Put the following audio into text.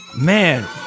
man